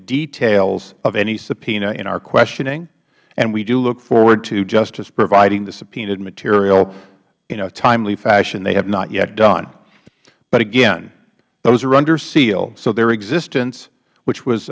details of any subpoena in our questioning and we do look forward to justice providing the subpoenaed material in a timely fashion they have not yet done but again those are under seal so their existence which was